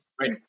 right